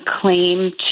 claim